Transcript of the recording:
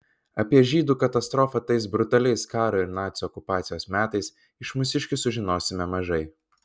apie žydų katastrofą tais brutaliais karo ir nacių okupacijos metais iš mūsiškių sužinosime mažai